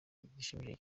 gishimishije